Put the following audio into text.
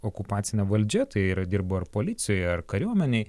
okupacine valdžia tai yra dirbo ar policijoj ar kariuomenėj